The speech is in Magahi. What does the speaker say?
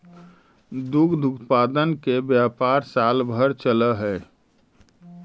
दुग्ध उत्पादन के व्यापार साल भर चलऽ हई